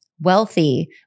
wealthy